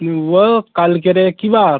কালকেরে কী বার